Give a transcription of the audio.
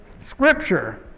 scripture